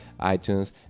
iTunes